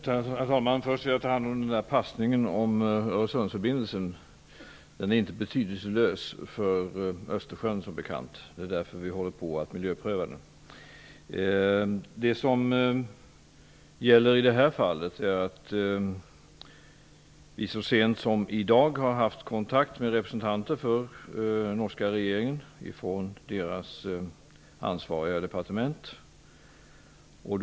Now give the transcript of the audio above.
Herrr talman! Först skall jag säga att Öresundsförbindelsen som bekant inte är betydelselös för Östersjön. Därför gör vi en miljöprövning. Vi har så sent som i dag haft kontakt med representanter för norska regeringen, för det ansvariga departementet.